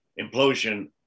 implosion